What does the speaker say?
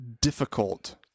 difficult